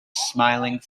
smiling